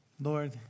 Lord